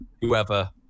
whoever